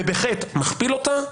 ובחטא מכפיל אותה.